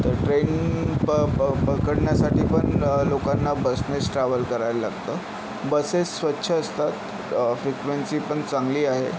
तर ट्रेन प प पकडण्यासाठी पण लोकांना बसनेच ट्रॅव्हल करायला लागतं बसेस स्वच्छ असतात फ्रिक्वेंसी पण चांगली आहे